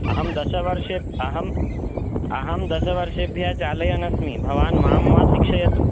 अहं दशवर्षे अहं अहं दशवर्षेभ्यः चालयन्नस्मि भवान् मां मा शिक्षयतु